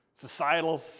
societal